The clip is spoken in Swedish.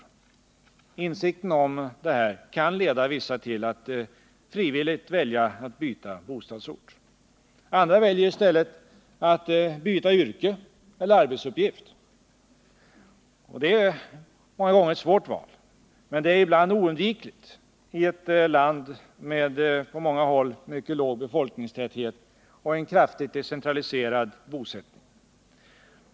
Insikten om detta kan leda vissa till att frivilligt byta bostadsort. Andra väljer i stället att byta yrke eller arbetsuppgift. Det är många gånger ett svårt val, men det är ibland oundvikligt i ett land med en på många håll mycket låg befolkningstäthet och en kraftigt decentraliserad bosättning.